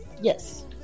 Yes